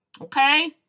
okay